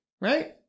right